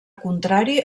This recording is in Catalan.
contrari